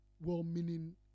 well-meaning